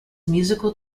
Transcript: musical